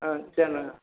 ஆ சரி நான்